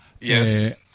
Yes